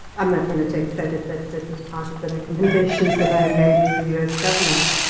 i'm not going to take credit that that was part of the recommendations that i made to the us government.